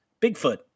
Bigfoot